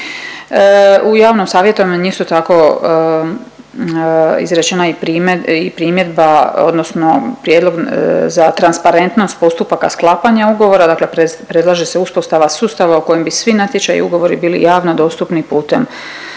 U javnom savjetovanju isto tako izrečena je i primjedba odnosno prijedlog za transparentnost postupaka sklapanja ugovora dakle predlaže se uspostava sustava u kojem bi svi natječaji i ugovori bili javno dostupni putem